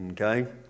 Okay